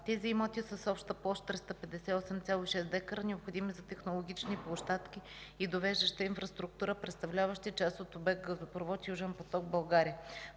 Тези имоти са с обща площ 358,6 дка, необходими за технологични площадки и довеждаща инфраструктура, представляващи част от обект „Газопровод „Южен поток България”.